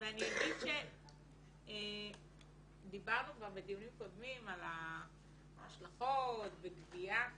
דיברנו כבר בדיונים קודמים על ההשלכות ופגיעה